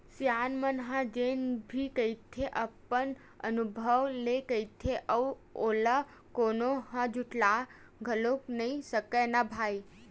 सियान मन ह जेन भी कहिथे अपन अनभव ले कहिथे अउ ओला कोनो ह झुठला घलोक नइ सकय न भई